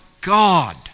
God